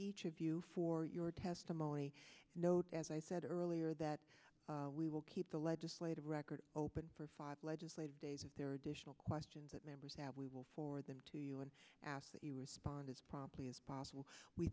each of you for your testimony note as i said earlier that we will keep the legislative record open for five legislative days if there are additional questions that members have we will for them to you and ask that you respond as promptly as possible we